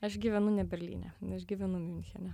aš gyvenu ne berlyne aš gyvenu miunchene